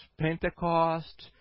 Pentecost